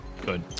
Good